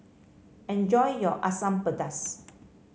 enjoy your Asam Pedas